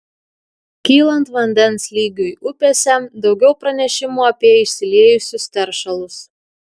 kylant vandens lygiui upėse daugiau pranešimų apie išsiliejusius teršalus